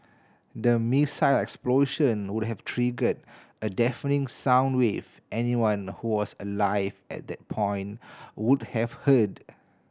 the missile explosion would have triggered a deafening sound wave anyone who was alive at that point would have heard